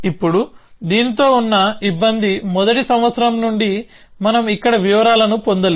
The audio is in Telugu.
ఇప్పుడుదీనితో ఉన్న ఇబ్బంది మొదటి సంవత్సరం నుండి మనం ఇక్కడ వివరాలను పొందలేదు